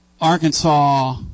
Arkansas